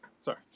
Sorry